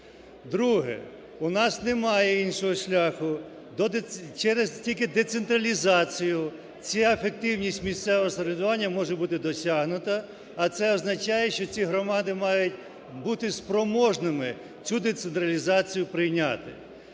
Друге: у нас немає іншого шляху, через тільки децентралізацію ця ефективність місцевого самоврядування може бути досягнута, а це означає, що ці громади мають бути спроможними цю децентралізацію прийняти.